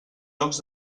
jocs